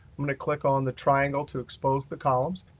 i'm going to click on the triangle to expose the columns.